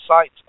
sites